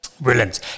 Brilliant